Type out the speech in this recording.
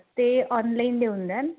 ते ऑनलाईन देऊ द्यान